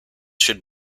should